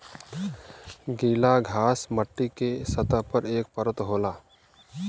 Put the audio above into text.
गीला घास मट्टी के सतह पर एक परत होला